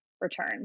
return